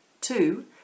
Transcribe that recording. Two